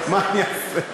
מה אני אעשה?